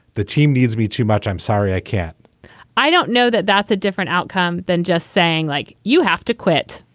the team needs me too much. i'm sorry, i can't i don't know that that's a different outcome than just saying like you have to quit.